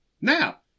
Now